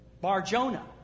Bar-Jonah